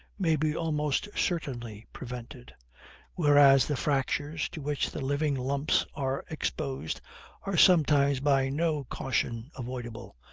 may be almost certainly prevented whereas the fractures to which the living lumps are exposed are sometimes by no caution avoidable,